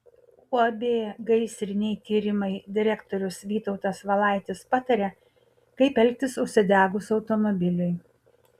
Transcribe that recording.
uab gaisriniai tyrimai direktorius vytautas valaitis pataria kaip elgtis užsidegus automobiliui